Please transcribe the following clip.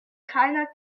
keiner